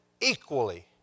equally